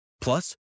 Plus